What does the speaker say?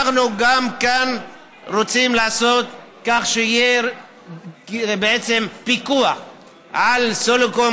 אנחנו גם כאן רוצים לעשות כך שיהיה פיקוח על סלקום,